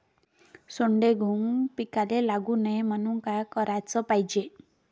सोंडे, घुंग पिकाले लागू नये म्हनून का कराच पायजे?